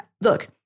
look